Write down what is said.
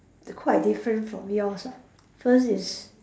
quite different from yours ah first is